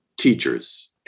teachers